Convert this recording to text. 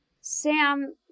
Sam